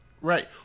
Right